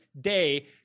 Day